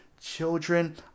children